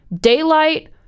Daylight